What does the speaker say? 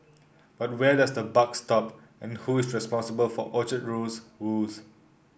but where does the buck stop and who is responsible for Orchard Road's woes